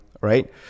right